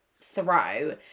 throw